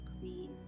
please